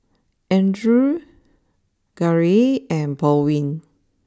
Andrew Garey and Baldwin